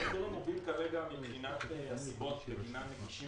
הנתון המוביל מבחינת הסיבות שבגינן מגישים